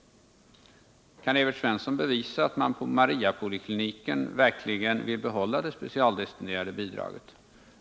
Kan han visa att man på Mariapolikliniken verkligen vill behålla det specialdestinerade bidraget?